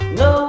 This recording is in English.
no